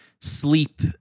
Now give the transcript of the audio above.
sleep